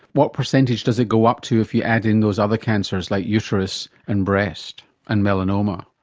what percentage does it go up to if you add in those other cancers, like uterus and breast and melanoma?